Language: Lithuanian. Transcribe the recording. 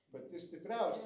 pati stipriausia